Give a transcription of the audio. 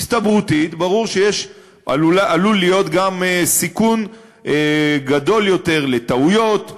הסתברותית ברור שעלול להיות גם סיכון גדול יותר של טעויות,